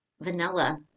vanilla